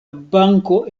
banko